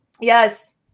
Yes